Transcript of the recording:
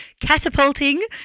catapulting